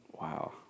Wow